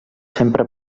sempre